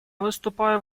выступаю